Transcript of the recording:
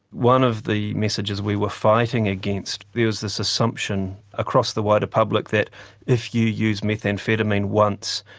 one of the messages we were fighting against, there was this assumption across the wider public that if you use methamphetamine once,